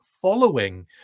following